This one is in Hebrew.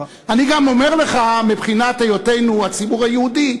אני גם אומר לך מבחינת היותנו הציבור היהודי,